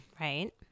Right